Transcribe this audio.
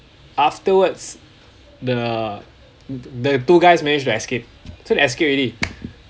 afterwards the the two guys managed to escape so they escape already